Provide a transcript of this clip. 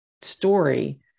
story